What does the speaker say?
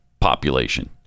population